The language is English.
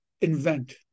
invent